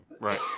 Right